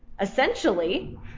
essentially